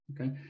okay